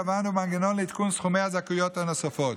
קבענו מנגנון לעדכון סכומי הזכאויות הנוספות.